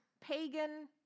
pagan